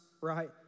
right